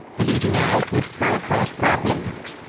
the legionnaires would throw across grappling hooks,